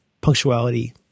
punctuality